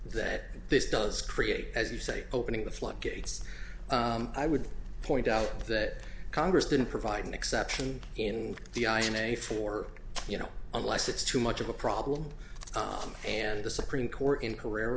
that this does create as you say opening the floodgates i would point out that congress didn't provide an exception in the i an a for you know unless it's too much of a problem and the supreme court in